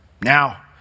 Now